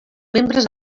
membres